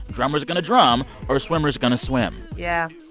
drummers going to drum or swimmers going to swim. yeah.